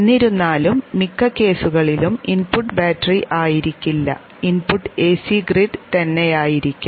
എന്നിരുന്നാലും മിക്ക കേസുകളിലും ഇൻപുട്ട് ബാറ്ററി ആയിരിക്കില്ല ഇൻപുട്ട് എസി ഗ്രിഡ് തന്നെയായിരിക്കാം